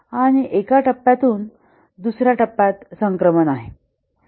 आणि एका टप्प्यातून दुसर्या टप्प्यात संक्रमण आहे